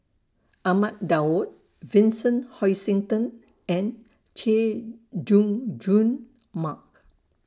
Ahmad Daud Vincent Hoisington and Chay Jung Jun Mark